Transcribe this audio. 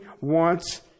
wants